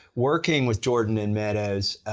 working with jordan and meadows,